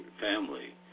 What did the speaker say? family